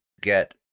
get